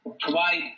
provide